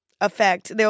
effect